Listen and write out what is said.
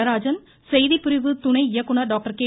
நடராஜன் செய்திப்பிரிவு துணை இயக்குநர் டாக்டர் கே